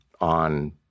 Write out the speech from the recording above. on